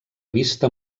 vista